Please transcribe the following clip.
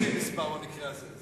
זה לא חודשים מספר במקרה הזה.